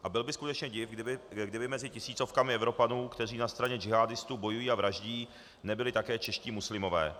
A byl by skutečně div, kdyby mezi tisícovkami Evropanů, kteří na straně džihádistů bojují a vraždí, nebyli také čeští muslimové.